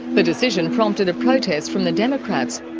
the decision prompted a protest from the democrats.